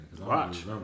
Watch